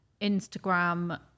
Instagram